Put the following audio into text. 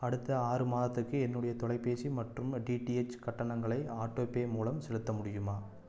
அடுத்த ஆறு மாதத்துக்கு என்னுடைய தொலைபேசி மற்றும் டிடிஹெச் கட்டணங்களை ஆட்டோபே மூலம் செலுத்த முடியுமா